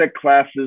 classes